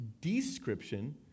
description